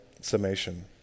summation